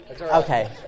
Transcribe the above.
Okay